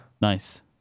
Nice